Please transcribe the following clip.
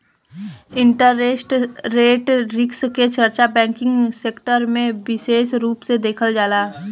interest rate risk के चर्चा banking sector में बिसेस रूप से देखल जाला